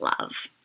love